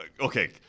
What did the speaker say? Okay